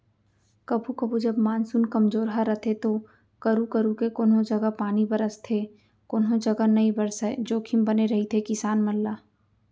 कभू कभू जब मानसून कमजोरहा रथे तो करू करू के कोनों जघा पानी बरसथे कोनो जघा नइ बरसय जोखिम बने रहिथे किसान मन ला